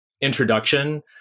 introduction